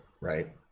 right